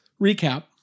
Recap